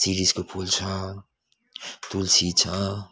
सिरिसको फुल छ तुल्सी छ